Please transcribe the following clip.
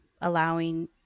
allowing